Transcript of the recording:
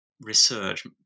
research